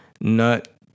nut